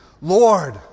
Lord